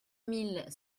mille